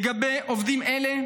לגבי עובדים אלה,